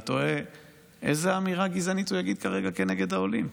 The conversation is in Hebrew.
אני תוהה איזו אמירה גזענית הוא יגיד כרגע כנגד העולים.